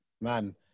man